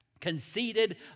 Conceited